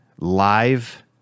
live